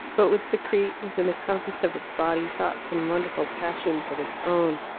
but would secrete, within the compass of its body, thoughts and wonderful passions of its own.